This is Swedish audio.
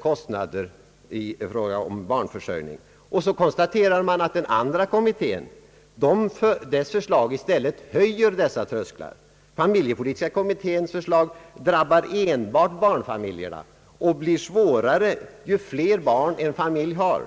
kostnader i fråga om barnförsörjning och konstaterar att den andra kommitténs förslag i stället höjer dessa trösklar. Familjepolitiska kommitténs förslag medför olägenheter enbart för barnfamiljerna och skärper svårigheterna ju flera barn en familj har.